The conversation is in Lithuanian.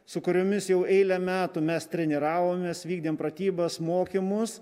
su kuriomis jau eilę metų mes treniravomės vykdėm pratybas mokymus